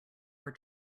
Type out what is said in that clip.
are